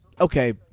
Okay